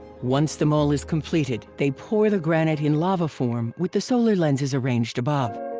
once the mold is completed, they pour the granite in lava form with the solar lenses arranged above.